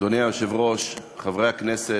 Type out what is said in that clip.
אדוני היושב-ראש, חברי הכנסת,